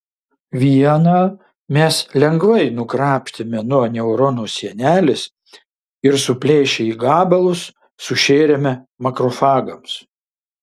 vieną mes lengvai nukrapštėme nuo neurono sienelės ir suplėšę į gabalus sušėrėme makrofagams